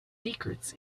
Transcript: secrets